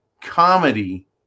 comedy